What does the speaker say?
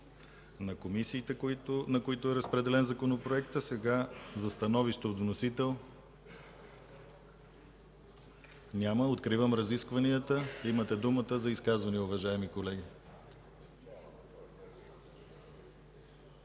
на комисиите, на които е разпределен Законопроектът. Сега – становище от вносител. Няма. Откривам разискванията. Имате думата за изказвания, уважаеми колеги.